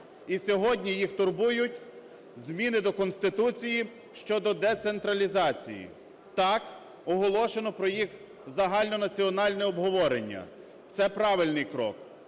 І сьогодні їх турбують зміни до Конституції щодо децентралізації. Так оголошено про їх загальнонаціональне обговорення, це правильний крок,